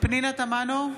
פנינה תמנו,